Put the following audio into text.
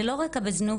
ללא רקע בזנות,